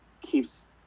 keeps